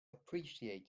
appreciate